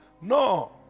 No